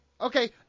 Okay